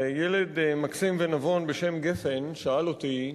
וילד מקסים ונבון בשם גפן שאל אותי,